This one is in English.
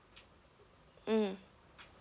mm